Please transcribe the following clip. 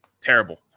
terrible